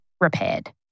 repaired